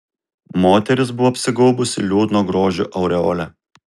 moteris buvo apsigaubusi liūdno grožio aureole